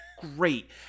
great